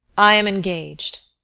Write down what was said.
i am engaged,